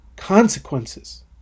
consequences